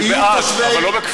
אני בעד, אבל לא בכפייה.